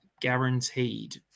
guaranteed